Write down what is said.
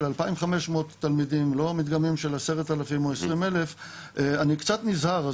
2,500 תלמידים ולא מדגמים של 10,000 או 20,000 אני קצת נזהר.